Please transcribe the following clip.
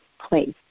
place